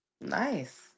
Nice